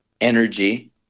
energy